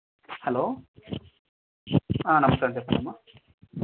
hello నమస్తే చెప్పండమ్మా